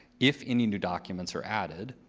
if any new documents are added,